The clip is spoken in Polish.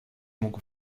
mógł